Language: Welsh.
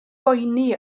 boeni